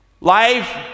life